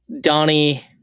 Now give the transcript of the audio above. donnie